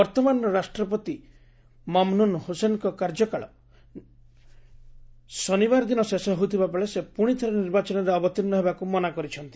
ବର୍ତ୍ତମାନର ରାଷ୍ଟ୍ରପତି ମମନୁନ୍ ହସେନ୍ଙ୍କ କାର୍ଯ୍ୟକାଳ ଶନିବାର ଦିନ ଶେଷ ହେଉଥିବା ବେଳେ ସେ ପୁଣିଥରେ ନିର୍ବାଚନରେ ଅବତୀର୍ଷ ହେବାକୁ ମନା କରିଛନ୍ତି